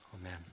Amen